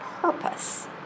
purpose